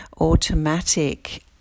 automatic